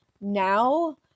Now